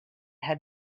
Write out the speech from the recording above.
had